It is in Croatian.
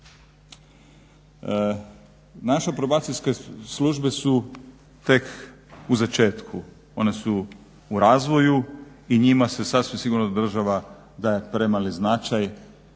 Naše probacijske službe su tek u začetku, one su u razvoju i njima sasvim sigurno država daje premali značaj